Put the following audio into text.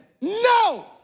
no